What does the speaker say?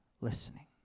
listening